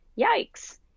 yikes